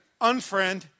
Unfriend